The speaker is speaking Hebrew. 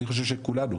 אני חושב שכולנו,